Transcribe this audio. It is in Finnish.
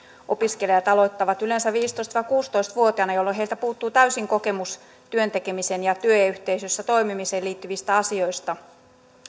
opiskelijat aloittavat yleensä viisitoista viiva kuusitoista vuotiaina jolloin heiltä puuttuu täysin kokemus työn tekemiseen ja työyhteisössä toimimiseen liittyvistä asioista